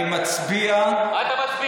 אני מצביע, מה אתה מצביע?